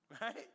right